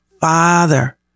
Father